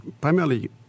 primarily